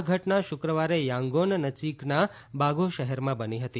આ ઘટના શુક્રવારે યાંગોન નજીકના બાગો શહેરમાં બની હતી